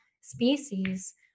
species